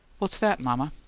what's that, mama?